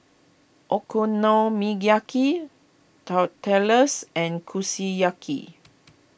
Okonomiyaki Tortillas and Kushiyaki